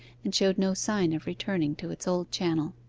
and showed no sign of returning to its old channel.